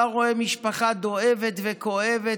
ואתה רואה משפחה דואבת וכואבת,